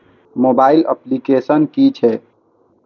Mobile application कि छै?